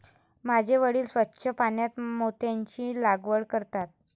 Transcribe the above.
माझे वडील स्वच्छ पाण्यात मोत्यांची लागवड करतात